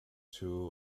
two